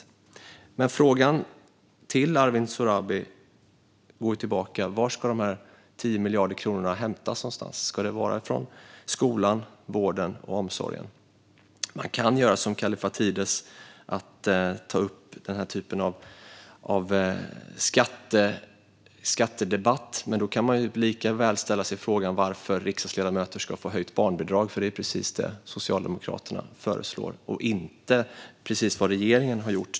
Frågan går dock tillbaka till Arwin Sohrabi: Var ska de 10 miljarder kronorna hämtas någonstans? Ska de tas från skolan, vården och omsorgen? Man kan göra som Kallifatides, det vill säga debattera skatter, men då kan man lika väl ställa sig frågan varför riksdagsledamöter ska få höjt barnbidrag. Det är nämligen precis det Socialdemokraterna föreslår, till skillnad från vad regeringen har gjort.